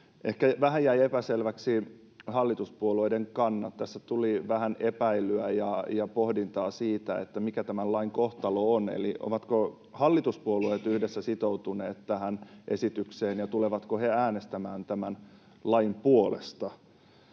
Ehkä vähän jäivät epäselväksi hallituspuolueiden kannat. Tässä tuli vähän epäilyä ja pohdintaa siitä, mikä tämän lain kohtalo on. Eli ovatko hallituspuolueet yhdessä sitoutuneet tähän esitykseen, ja tulevatko he äänestämään tämän lain puolesta?